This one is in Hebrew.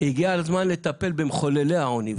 הגיע הזמן לטפל במחוללי העוני.